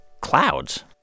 clouds